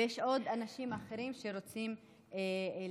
ויש עוד אנשים אחרים שרוצים לדבר,